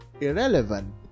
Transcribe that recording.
irrelevant